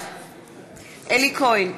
בעד אלי כהן,